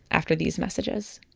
after these messages